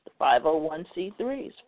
501c3s